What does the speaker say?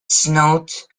snowed